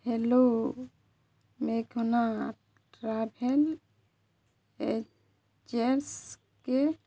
hello ମେଘନା travel ages K